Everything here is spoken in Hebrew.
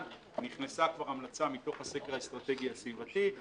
נכנסה כבר המלצה מתוך הסקר האסטרטגי הסביבתי,